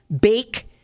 Bake